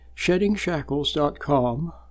SheddingShackles.com